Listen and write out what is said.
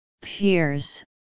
peers